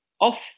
off